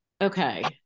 Okay